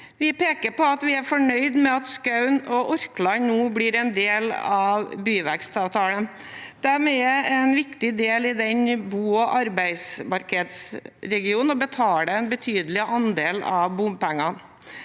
Vi peker på at vi er fornøyde med at Skaun og Orkland nå blir en del av byvekstavtalen. De kommunene er viktige deler i denne bo- og arbeidsmarkedsregionen og betaler en betydelig andel av bompengene.